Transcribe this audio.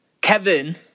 Kevin